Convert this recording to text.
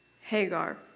Hagar